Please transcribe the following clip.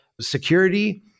security